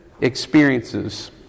experiences